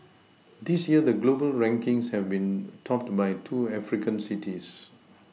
this year the global rankings have been topped by two African cities